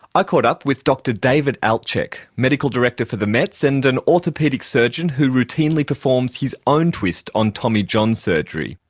i caught up with dr david altchek, medical director for the mets and an orthopaedic surgeon who routinely performs his own twist on tommy john surgery,